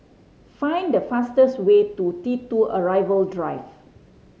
find the fastest way to T Two Arrival Drive